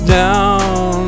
down